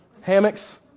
Hammocks